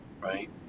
right